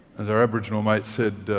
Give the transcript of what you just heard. as our aboriginal mate said,